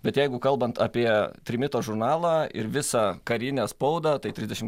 bet jeigu kalbant apie trimito žurnalą ir visą karinę spaudą tai trisdešim